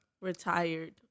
Retired